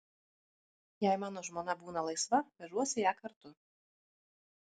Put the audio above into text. jei mano žmona būna laisva vežuosi ją kartu